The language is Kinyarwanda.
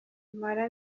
mpora